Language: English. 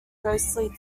ghostly